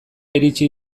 iritsi